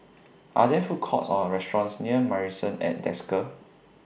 Are There Food Courts Or restaurants near Marrison At Desker